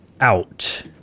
out